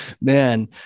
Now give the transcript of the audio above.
Man